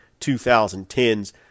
2010s